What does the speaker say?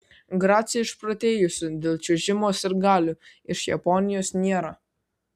grace išprotėjusių dėl čiuožimo sirgalių iš japonijos nėra